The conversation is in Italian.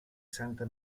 santa